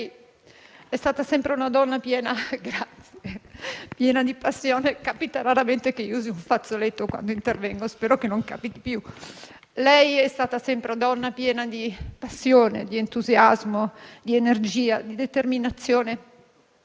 Lei è stata sempre una donna piena di passione, di entusiasmo, di energia e